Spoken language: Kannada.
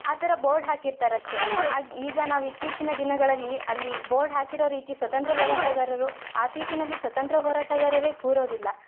ಆ ಥರ ಬೋರ್ಡ್ ಹಾಕಿರ್ತಾರೆ ಅಷ್ಟೆ ಆಗ ಈಗ ನಾವು ಇತ್ತಿಚೀನ ದಿನಗಳಲ್ಲಿ ಅಲ್ಲಿ ಬೋರ್ಡ್ ಹಾಕಿರೋ ರೀತಿ ಸ್ವಾತಂತ್ರ್ಯ ಹೋರಾಟಗಾರರು ಆ ಸೀಟಿನಲ್ಲಿ ಸ್ವಾತಂತ್ರ್ಯ ಹೋರಾಟಗಾರರೇ ಕೂರೋದಿಲ್ಲ